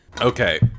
Okay